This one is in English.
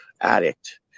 addict